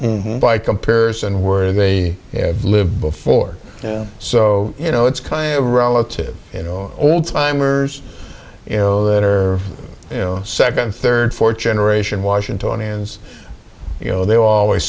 by comparison where they live before so you know it's kind of relative you know old timers you know that are you know second third fourth generation washingtonians you know they always